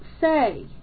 say